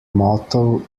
motto